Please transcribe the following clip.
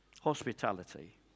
Hospitality